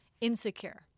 insecure